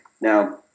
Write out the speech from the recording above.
now